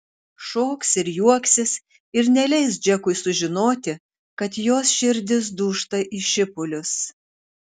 šoks ir juoksis ir neleis džekui sužinoti kad jos širdis dūžta į šipulius